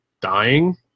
dying